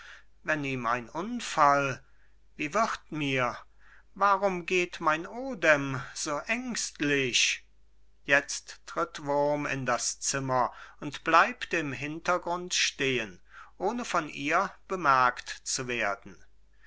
vorüber wenn ihm ein unfall wie wird mir warum geht mein odem so ängstlich jetzt tritt wurm in das zimmer und bleibt im hintergrund stehen ohne von ihr bemerkt zu werden